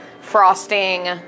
frosting